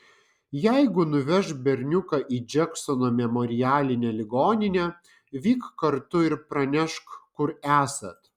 jeigu nuveš berniuką į džeksono memorialinę ligoninę vyk kartu ir pranešk kur esat